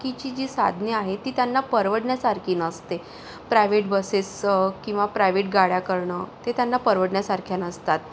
कीची जी साधने आहेत ती त्यांना परवडण्यासारखी नसते प्रायव्हेट बसेस किंवा प्रायव्हेट गाड्या करणं ते त्यांना परवडण्यासारखे नसतात